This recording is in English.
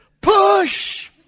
push